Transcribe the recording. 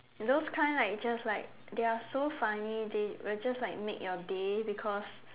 those kind like it just like they are so funny they will just like make your day because